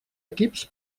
equips